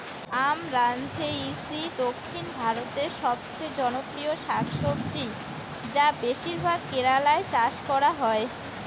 আমরান্থেইসি দক্ষিণ ভারতের সবচেয়ে জনপ্রিয় শাকসবজি যা বেশিরভাগ কেরালায় চাষ করা হয়